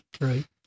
Right